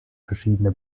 verschiedene